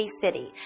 City